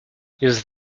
use